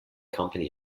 company